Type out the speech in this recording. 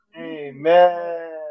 Amen